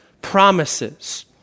promises